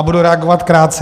Budu reagovat krátce.